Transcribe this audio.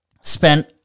spent